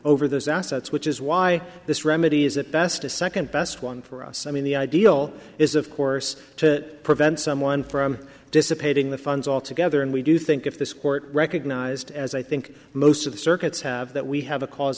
over those assets which is why this remedy is at best a second best one for us i mean the ideal is of course to prevent someone from dissipating the funds altogether and we do think if this court recognized as i think most of the circuits have that we have a cause